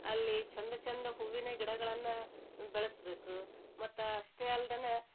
ಅಲ್ಲಿ ಚಂದ ಚಂದ ಹೂವಿನ ಗಿಡಗಳನ್ನ ಬೆಳೆಸ್ಬೇಕು ಮತ್ತು ಅಷ್ಟೇ ಅಲ್ದನ